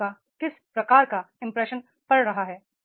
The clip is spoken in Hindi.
आपका किस प्रकार का इंप्रेशन पड़ रहा है